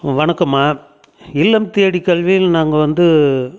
வணக்கம்மா இல்லம் தேடி கல்வியில் நாங்கள் வந்து